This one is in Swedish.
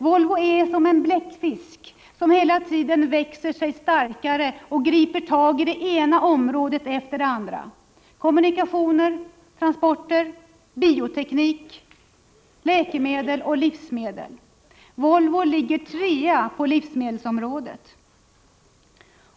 Volvo är som en bläckfisk som hela tiden växer sig starkare och griper tag i det ena området efter det andra — kommunikationer, transporter, bioteknik, läkemedel och livsmedel. Volvo ligger trea på livsmedelsområdet.